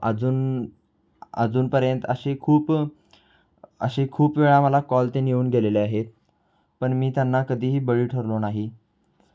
अजून अजूनपर्यंत अशी खूप असे खूप वेळा मला कॉल तेन येऊन गेलेले आहेत पण मी त्यांना कधीही बळी ठरलो नाही